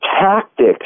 tactics